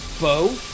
bow